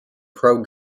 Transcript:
pro